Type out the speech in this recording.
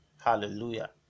Hallelujah